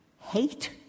hate